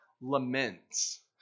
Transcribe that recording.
laments